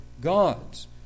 gods